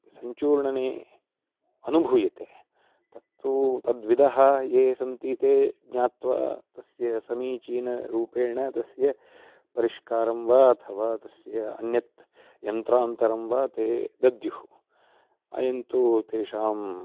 सञ्चूर्णने अनुभूयते तत्तू तद्विदः ये सन्ति ते ज्ञात्वा तस्य समीचीनरूपेण तस्य परिष्कारं वा अथवा तस्य अन्यत् यन्त्रान्तरं वा ते दद्युः अयन्तु तेषां